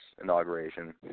inauguration